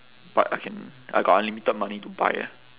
but I can I got unlimited money to buy ah